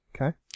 Okay